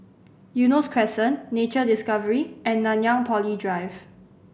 Eunos Crescent Nature Discovery and Nanyang Poly Drive